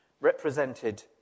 represented